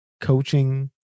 Coaching